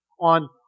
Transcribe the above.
on